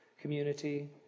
community